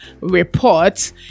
Report